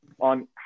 on